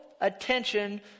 attention